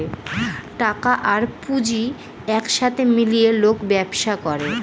টাকা আর পুঁজি এক সাথে মিলিয়ে লোক ব্যবসা করে